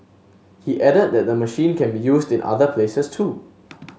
he added that the machine can be used in other places too